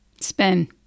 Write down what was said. spin